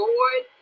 Lord